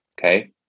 Okay